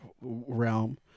realm